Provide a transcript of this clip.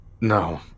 No